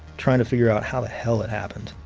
trying to figure out how the hell it happened.